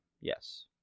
Yes